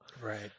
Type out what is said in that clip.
Right